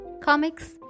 comics